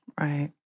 Right